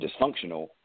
dysfunctional